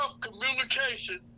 communication